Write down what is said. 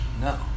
no